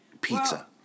pizza